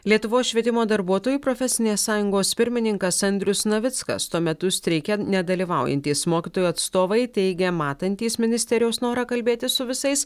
lietuvos švietimo darbuotojų profesinės sąjungos pirmininkas andrius navickas tuo metu streike nedalyvaujantys mokytojų atstovai teigia matantys ministerijos norą kalbėtis su visais